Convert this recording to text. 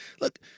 look